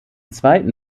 zweiten